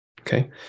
Okay